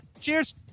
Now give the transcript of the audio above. Cheers